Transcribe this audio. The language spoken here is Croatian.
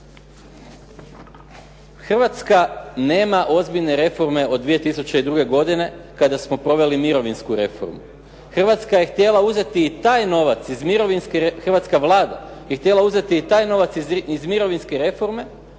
Hrvatska nema ozbiljne reforme od 2002. godine kada smo proveli mirovnu reformu. Hrvatska je htjela uzeti i taj novac iz mirovinske,